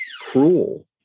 cruel